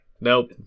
Nope